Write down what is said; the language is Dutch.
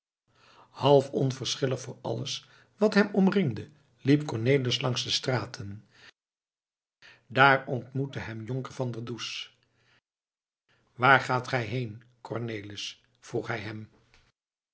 half onverschillig voor alles wat hem omringde liep cornelis langs de straten daar ontmoette hem jonker van der does waar gaat gij heen cornelis vroeg hij hem